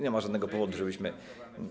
Nie ma żadnego powodu, żebyśmy.